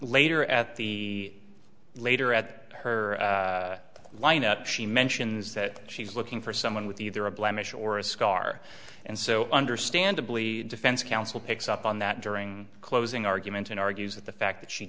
later at the later at her lineup she mentions that she was looking for someone with either a blemish or a scar and so understandably defense counsel picks up on that during closing argument in argues that the fact that she